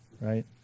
right